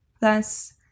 Thus